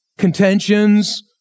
Contentions